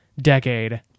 decade